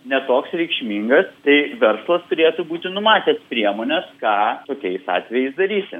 ne toks reikšmingas tai verslas turėtų būti numatęs priemones ką tokiais atvejais daryti